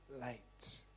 light